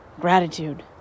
gratitude